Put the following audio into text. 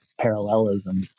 parallelism